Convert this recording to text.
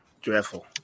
dreadful